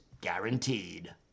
guaranteed